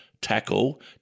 tackle